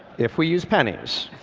if we use pennies.